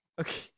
okay